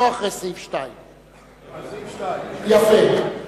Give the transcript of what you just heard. לא אחרי סעיף 2. על סעיף 2. יפה.